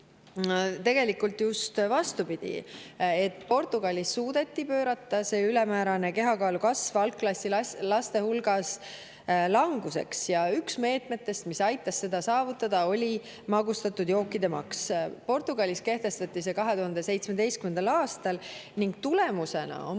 tegelikult just vastupidine. Portugalis suudeti ülemäärane kehakaalu kasv algklasside laste hulgas languseks pöörata. Ja üks meetmetest, mis aitas seda saavutada, oli magustatud jookide maks. Portugalis kehtestati see 2017. aastal ning tulemusena on